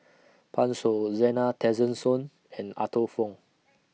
Pan Shou Zena Tessensohn and Arthur Fong